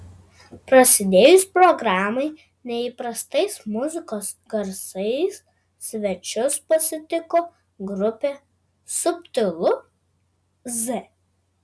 prasidėjus programai neįprastais muzikos garsais svečius pasitiko grupė subtilu z